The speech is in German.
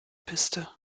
piste